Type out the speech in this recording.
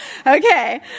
Okay